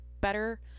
better